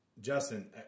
Justin